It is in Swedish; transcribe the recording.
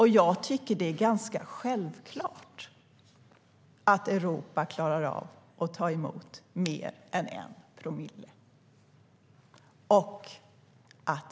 Och jag tycker att det är ganska självklart att Europa klarar av att ta emot mer än 1 promille.